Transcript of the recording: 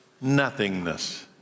nothingness